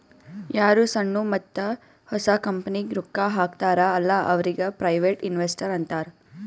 ಯಾರು ಸಣ್ಣು ಮತ್ತ ಹೊಸ ಕಂಪನಿಗ್ ರೊಕ್ಕಾ ಹಾಕ್ತಾರ ಅಲ್ಲಾ ಅವ್ರಿಗ ಪ್ರೈವೇಟ್ ಇನ್ವೆಸ್ಟರ್ ಅಂತಾರ್